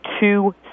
two